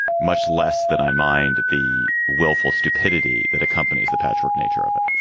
much less than i mind the willful stupidity that accompanies the patchwork nature of it,